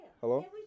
Hello